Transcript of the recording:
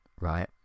right